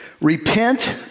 repent